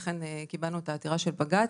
אכן קיבלנו את העתירה של בג"ץ.